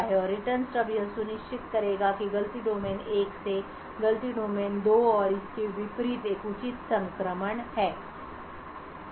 और return stub यह सुनिश्चित करेगा कि गलती डोमेन 1 से गलती डोमेन 2 और इसके विपरीत एक उचित संक्रमण है